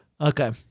okay